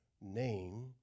name